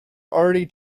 already